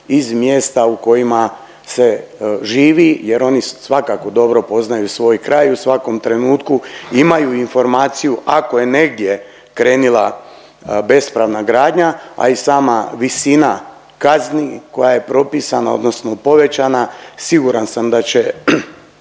iz mjesta u kojima se živi jer oni svakako dobro poznaju svoj kraj i u svakom trenutku imaju informaciju ako je negdje krenila bespravna gradnja, a i sama visina kazni koja je propisana odnosno povećana siguran sam da će